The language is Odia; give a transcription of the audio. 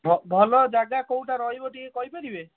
ଭଲ ଜାଗା କେଉଁଟା ରହିବ ଟିକେ କହିପାରିବେ